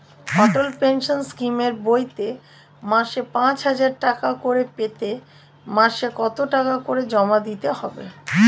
অটল pension স্কিমের বইতে মাসে পাঁচ হাজার টাকা করে পেতে মাসে কত টাকা করে জমা দিতে হবে?